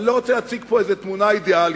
אני לא רוצה להציג פה איזו תמונה אידיאלית,